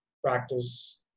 practice